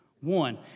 one